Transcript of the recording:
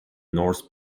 norse